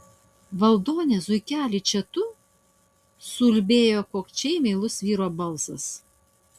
valdone zuikeli čia tu suulbėjo kokčiai meilus vyro balsas